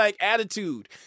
attitude